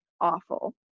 Awful